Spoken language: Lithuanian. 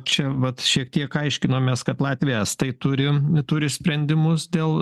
čia vat šiek tiek aiškinomės kad latviai estai turi neturi sprendimus dėl